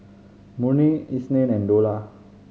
Murni Isnin and Dollah